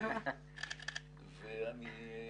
אתה